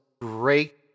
Great